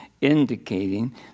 indicating